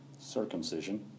Circumcision